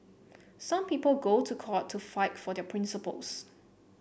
some people go to court to fight for their principles